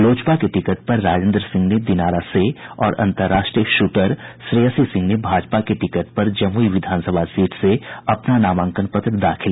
Lojpa ticket पर राजेन्द्र सिंह ने दिनारा से और अंतर्राष्ट्रीय शूटर श्रेयसी सिंह ने भाजपा के टिकट पर जमुई विधानसभा सीट से अपना नामांकन पत्र भरा